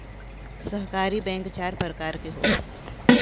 सहकारी बैंक चार परकार के होला